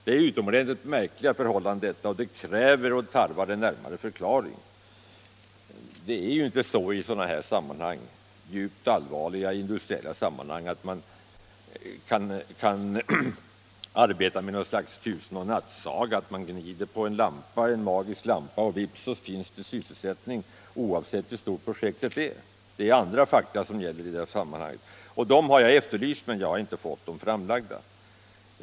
Det är verkligen ett märkligt förhållande, och det tarvar en närmare förklaring. I sådana här djupt allvarliga industriella sammanhang kan man inte arbeta med något slags tusen-och-en-natt-saga, där man gnider på en magisk lampa och vips finns det samma sysselsättning oavsett hur stort eller litet projektet är. Det är andra fakta som gäller i sådana sammanhang, och dem har jag efterlyst, men jag har inte fått dem framlagda.